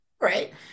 right